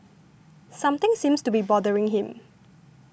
something seems to be bothering him